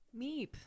Meep